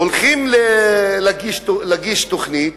הולכים להגיש תוכנית,